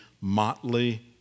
motley